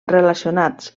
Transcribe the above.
relacionats